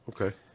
Okay